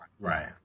right